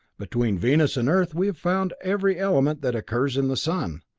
between venus and earth we have found every element that occurs in the sun.